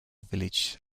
village